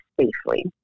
safely